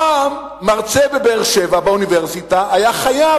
פעם מרצה באוניברסיטה בבאר-שבע היה חייב,